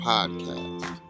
Podcast